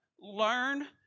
Learn